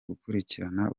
gukurikirana